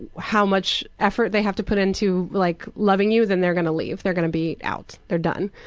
how much effort they have to put into like loving you, then they're gonna leave, they're gonna be out, they're done.